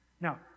Now